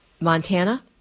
Montana